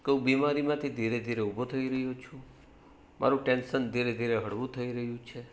કે હું બીમારીમાંથી ધીરે ધીરે ઊભો થઈ રહ્યો છું મારું ટેન્શન ધીરે ધીરે હળવું થઈ રહ્યું છે